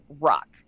rock